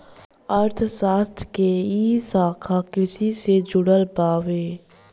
अर्थशास्त्र के इ शाखा कृषि से जुड़ल बावे